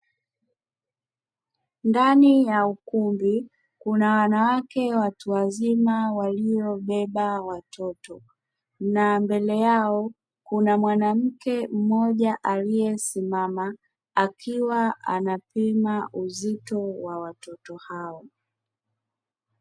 Ndani ya ukumbi, kuna wanawake watu wazima waliobeba watoto na mbele yao nouna mwanamke mmoja aliyesimama akiwa anapima uzito wa watoto hao.